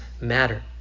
matter